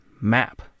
map